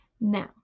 Now